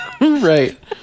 Right